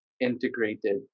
integrated